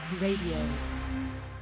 Radio